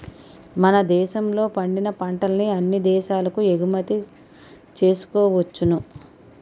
మన దేశంలో పండిన పంటల్ని అన్ని దేశాలకు ఎగుమతి చేసుకోవచ్చును